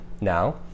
now